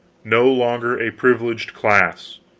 no longer a privileged class,